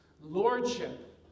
Lordship